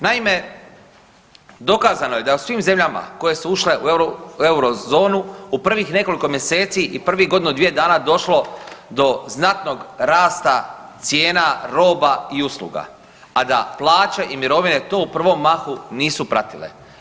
Naime, dokazno je da je u svim zemljama koje su ušle u Eurozonu u prvih nekoliko mjeseci i prvih godinu dvije dana došlo do znatnog rasta cijena roba i usluga, a da plaće i mirovine to u prvom mahu nisu pratile.